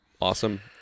awesome